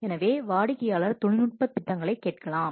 எனவே வாடிக்கையாளர் தொழில்நுட்ப திட்டங்களை கேட்கலாம்